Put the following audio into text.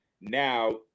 now